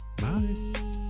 Bye